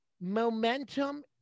Momentum